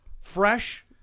fresh